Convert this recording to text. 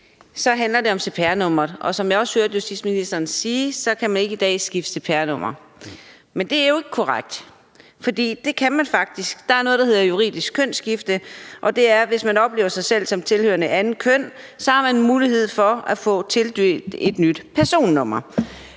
handler det om cpr-nummeret, og som jeg også hørte justitsministeren sige, kan man ikke i dag skifte cpr-nummer. Men det er jo ikke korrekt, for det kan man faktisk. Der er noget, der hedder juridisk kønsskifte, og det er, at hvis man oplever sig selv som tilhørende et andet køn, så har man mulighed for at få tildelt et nyt personnummer.